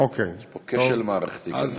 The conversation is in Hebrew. אוקיי, יש פה כשל מערכתי כנראה.